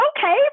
okay